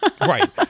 Right